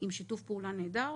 עם שיתוף פעולה נהדר,